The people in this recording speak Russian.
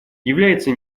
является